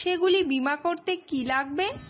সেগুলি বীমা করতে কি লাগবে?